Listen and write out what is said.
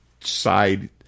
side